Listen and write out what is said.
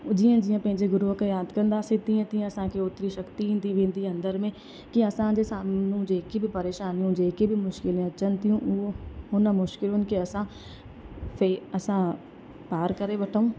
जीअं जीअं पंहिंजे गुरूअ खे यादि कंदासीं तीअं तीअं असांखे ओतिरी शक्ती ईंदी वेंदी अंदरि में कि असांजे साम्हूं जेकी बि परेशानियूं जेकी बि मुश्किले अचनि थियूं उहो हुन मुश्किलुनि खे असां फे असां पार करे वठूं